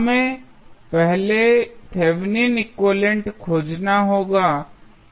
हमें पहले Thevenin equivalent Thevenins equivalent खोजना होगा